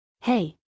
Hey